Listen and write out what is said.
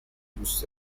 دوس